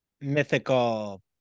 mythical